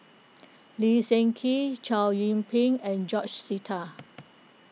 Lee Seng Gee Chow Yian Ping and George Sita